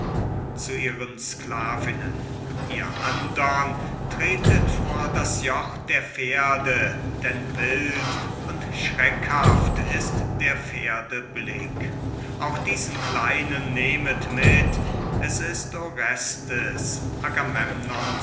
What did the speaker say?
ihr andern tretet vor das joch der pferde denn wild und schreckhaft ist der pferde blick auch diesen kleinen nehmet mit es ist orestes